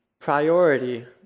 priority